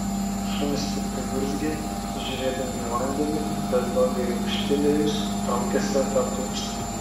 šunys piktai urzgė žiūrėdami į vandenį bet bangai ūžtelėjus traukėsi atatupsti